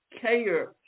care